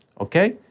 okay